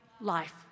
life